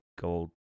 gold